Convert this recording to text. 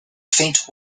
faint